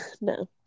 No